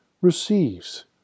receives